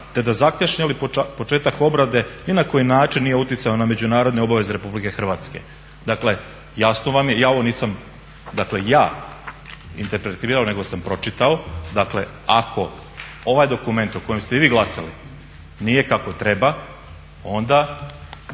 te da zakašnjeli početak obrade ni na koji način nije utjecao na međunarodne obaveze Republike Hrvatske. Dakle, jasno vam je, ja ovo nisam, dakle ja interpretirao, nego sam pročitao, dakle ako ovaj dokument o kojem ste i vi glasali nije kako treba onda